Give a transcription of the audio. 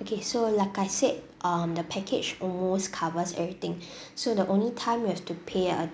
okay so like I said um the package almost covers everything so the only time you have to pay uh